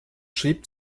schrieb